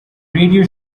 radio